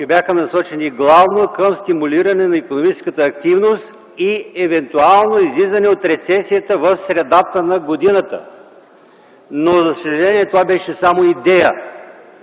бяха насочени главно към стимулиране на икономическата активност и евентуално излизане от рецесията в средата на годината. Но, за съжаление, това беше само идея.